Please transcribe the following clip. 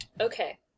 Okay